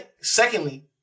Secondly